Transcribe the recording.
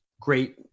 Great